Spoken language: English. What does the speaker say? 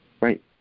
right